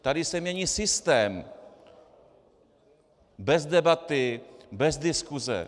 Tady se mění systém bez debaty, bez diskuse.